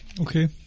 okay